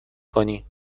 کنی